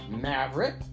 Maverick